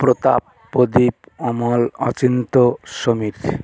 Pratap Pradip Amal Achintya Samik